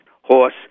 horse